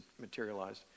materialized